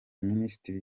minisiteri